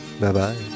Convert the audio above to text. Bye-bye